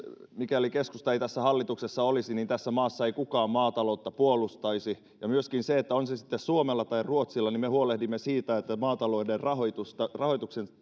mikäli keskusta ei tässä hallituksessa olisi niin tässä maassa ei kukaan maataloutta puolustaisi ja on se sitten suomella tai ruotsilla niin me huolehdimme siitä että maatalouden rahoituksen